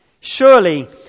Surely